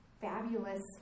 fabulous